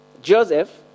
Joseph